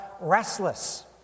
restless